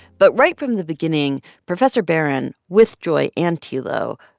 but right from the beginning, professor barran, with joy and tilo,